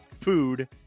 food